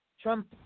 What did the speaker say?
Trump